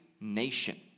nation